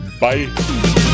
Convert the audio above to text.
Bye